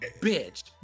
Bitch